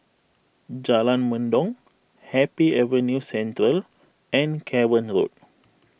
Jalan Mendong Happy Avenue Central and Cavan Road